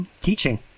Teaching